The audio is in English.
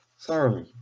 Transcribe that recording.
Sorry